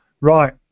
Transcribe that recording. Right